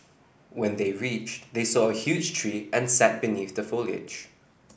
when they reached they saw a huge tree and sat beneath the foliage